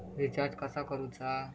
Recharge कसा करूचा?